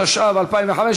התשע"ו 2015,